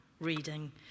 reading